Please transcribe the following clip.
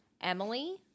Emily